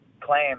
claim